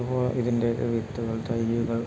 ഇതുപോലെ ഇതിൻ്റെ വിത്തുകൾ തൈയ്യുകൾ